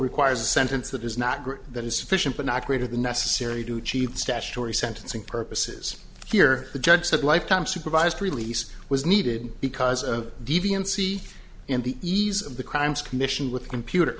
requires a sentence that is not great that is sufficient but not greater than necessary to achieve statutory sentencing purposes here the judge said life time supervised release was needed because of deviancy in the ease of the crimes commission with a computer